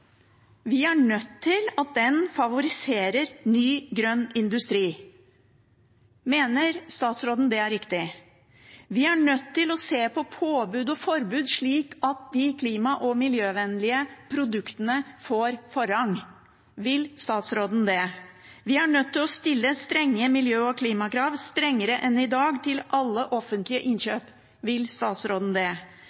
Vi er nødt til å få den til å favorisere ny grønn industri. Mener statsråden at det er riktig? Vi er nødt til å se på påbud og forbud slik at de klima- og miljøvennlige produktene får forrang. Vil statsråden det? Vi er nødt til å stille strenge miljø- og klimakrav, strengere enn i dag, til alle offentlige